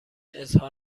اظهار